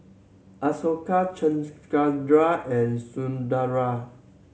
Ashoka Chengara and Sundaraiah